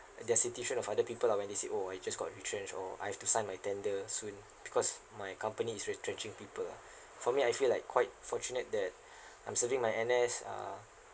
there are situation of other people lah when they said oh I just got retrenched or I have to sign my tender soon because my company is retrenching people ah for me I feel like quite fortunate that I'm serving my N_S uh